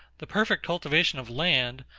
the perfect cultivation of land,